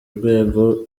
urwego